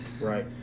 Right